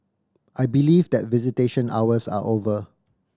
I believe that visitation hours are over